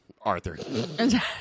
Arthur